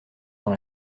dans